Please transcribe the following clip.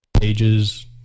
pages